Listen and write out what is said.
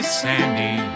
sandy